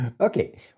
Okay